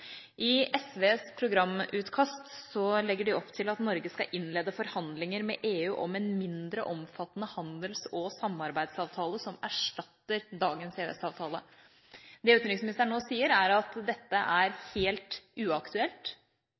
I SVs programutkast legges det opp til at Norge skal innlede forhandlinger med EU om en mindre omfattende handels- og samarbeidsavtale som erstatter dagens EØS-avtale. Det utenriksministeren nå sier, er at dette er helt uaktuelt.